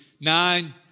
nine